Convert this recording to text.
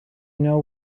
know